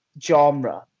genre